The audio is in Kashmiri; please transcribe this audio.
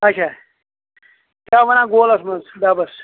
اچھا کیٛاہ وَنان گولَس منٛز ڈَبَس